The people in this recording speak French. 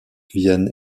vienne